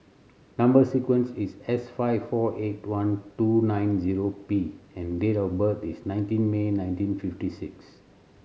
number sequence is S five four eight one two nine zero P and date of birth is nineteen May nineteen fifty six